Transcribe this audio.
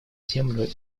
землю